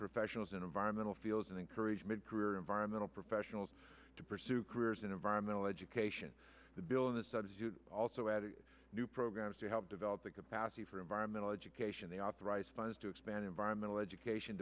professionals in environmental fields and encouragement career environmental professionals to pursue careers in environmental education the bill in the study also added new programs to help develop the capacity for environmental education they authorize funds to expand environmental education